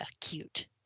cute